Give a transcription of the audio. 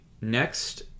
next